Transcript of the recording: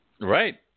Right